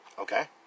Okay